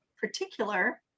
particular